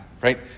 right